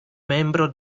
membro